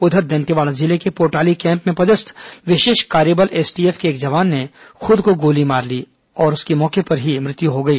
उधर दंतेवाड़ा जिले के पोटाली कैम्प में पदस्थ विशेष कार्य बल एसटीएफ के एक जवान ने खुद को गोली मार ली जिससे उसकी मौके पर ही मौत हो गई